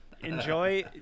Enjoy